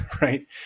right